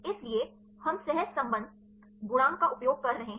इसलिए हम सहसंबंध गुणांक का उपयोग कर रहे हैं